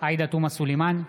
עאידה תומא סלימאן,